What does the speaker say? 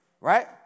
Right